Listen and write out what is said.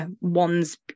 one's